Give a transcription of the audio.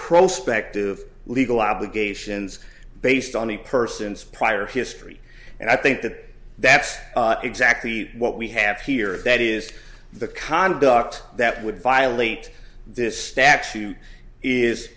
prospect of legal obligations based on the person's prior history and i think that that's exactly what we have here that is the conduct that would violate this statute is